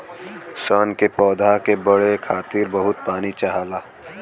सन के पौधा के बढ़े खातिर बहुत पानी चाहला